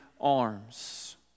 arms